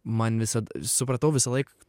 man visad supratau visąlaik